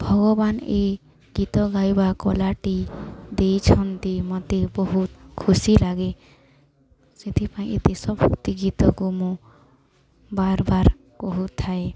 ଭଗବାନ ଏ ଗୀତ ଗାଇବା କଲାଟି ଦେଇଛନ୍ତି ମୋତେ ବହୁତ ଖୁସି ଲାଗେ ସେଥିପାଇଁ ଏ ଦେଶଭକ୍ତି ଗୀତକୁ ମୁଁ ବାର୍ ବାର୍ କହୁଥାଏ